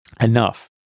enough